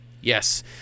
Yes